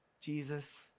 Jesus